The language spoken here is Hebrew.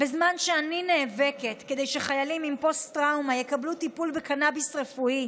בזמן שאני נאבקת כדי שחיילים עם פוסט-טראומה יקבלו טיפול בקנביס רפואי,